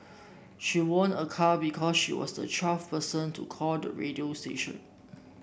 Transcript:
she won a car because she was the twelfth person to call the radio station